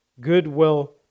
goodwill